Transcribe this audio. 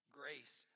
grace